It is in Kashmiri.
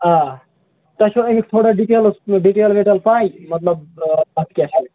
آ تۅہہِ چھُوا یہِ تھوڑا ڈِٹیلٕز ڈٹیل وِٹیل پےَ مطلب پَتہٕ کیٛاہ چھُ یہِ